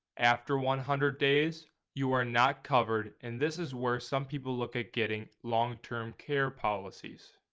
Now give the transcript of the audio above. after one hundred days you are not covered and this is where some people look at getting long-term care policies.